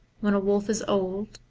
when a wolf is old,